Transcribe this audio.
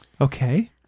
Okay